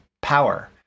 power